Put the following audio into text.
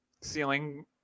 ceiling